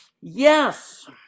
Yes